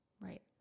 right